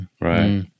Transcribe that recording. Right